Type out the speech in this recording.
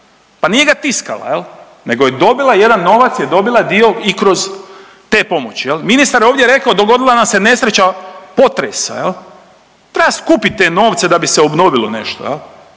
pa nije ga tiskala jel, nego je dobila, jedan novac je dobila dio i kroz te pomoći jel. Ministar je ovdje rekao dogodila nam se nesreća, potresa jel, treba skupiti te novce da bi se obnovilo nešto